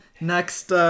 Next